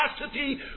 capacity